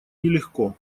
нелегко